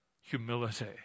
humility